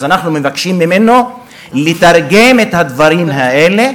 אנחנו עומדים כאן ערב יום הכיפורים בזמן אישי ולאומי של